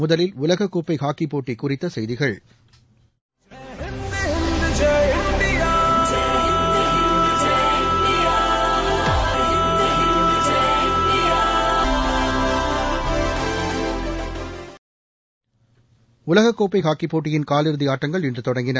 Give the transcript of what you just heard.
முதலில் உலகக்கோப்பை ஹாக்கிப்போட்டி குறித்த செய்திகள் உலகக்கோப்பை ஹாக்கிப்போட்டியின் காலிறுதி ஆட்டங்கள் இன்று தொடங்கின